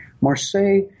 Marseille